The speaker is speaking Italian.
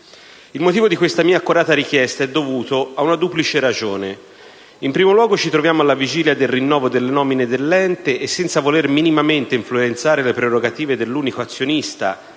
Il motivo di questa mia accorata richiesta è dovuto ad una duplice ragione. In primo luogo, ci troviamo alla vigilia del rinnovo delle nomine dell'ente e, senza voler minimamente influenzare le prerogative dell'unico azionista